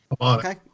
Okay